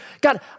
God